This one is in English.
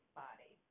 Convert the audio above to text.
body